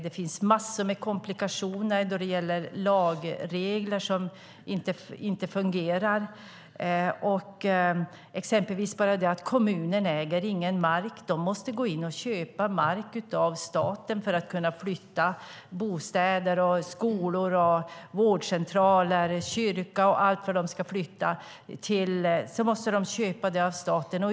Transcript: Det finns massor av komplikationer då det gäller lagregler som inte fungerar. Exempelvis äger kommunen ingen mark. De måste köpa mark av staten för att kunna flytta bostäder, skolor, vårdcentraler, kyrka och allt vad de ska flytta. Den marken måste de köpa av staten.